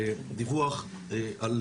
דיווח על